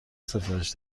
سفارش